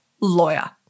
lawyer